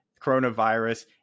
coronavirus